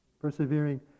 Persevering